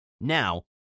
Now